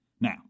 Now